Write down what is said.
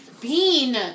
Bean